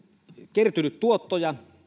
kertynyt tuottoja